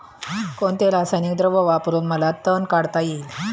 कोणते रासायनिक द्रव वापरून मला तण काढता येईल?